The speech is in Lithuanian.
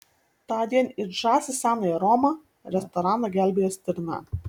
tądien it žąsys senąją romą restoraną gelbėjo stirna